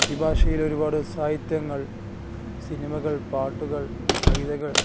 ഈ ഭാഷയിൽ ഒരുപാടു സാഹിത്യങ്ങൾ സിനിമകൾ പാട്ടുകൾ കവിതകൾ